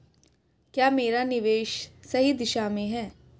क्या मेरा निवेश सही दिशा में है?